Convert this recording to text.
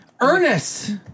Ernest